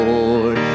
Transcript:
Lord